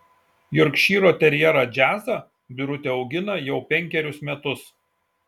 jorkšyro terjerą džiazą birutė augina jau penkerius metus